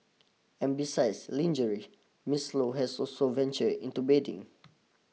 and besides lingerie Miss Low has also venture into bedding